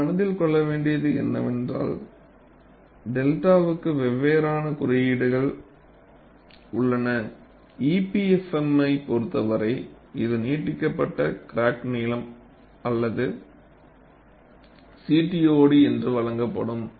நீங்கள் மனதில் கொள்ள வேண்டியது என்னவென்றால் 𝚫வுக்கு வெவ்வேறு குரியீடுகள் உள்ளன EPFMஐ பொருத்தவரை இது நீட்டிக்கப்பட்ட கிராக் நீளம் அல்லாது CTOD என்று வழங்கப்படும்